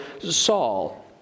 Saul